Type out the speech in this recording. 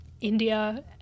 India